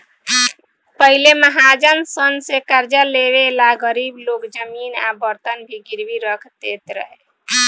पहिले महाजन सन से कर्जा लेवे ला गरीब लोग जमीन आ बर्तन भी गिरवी रख देत रहे